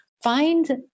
Find